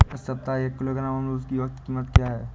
इस सप्ताह एक किलोग्राम अमरूद की कीमत क्या है?